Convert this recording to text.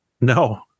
no